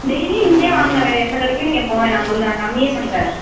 daily இங்கே வாங்க வேறு எந்த கடைக்கும் நீங்கள் போகவேனா உங்களுக்கு நான் கம்மியே பண்ணித்தரேன்